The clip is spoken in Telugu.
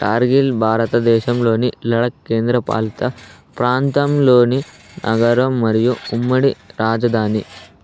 కార్గిల్ భారతదేశంలోని లడక్ కేంద్రపాలిత ప్రాంతంలోని నగరం మరియు ఉమ్మడి రాజధాని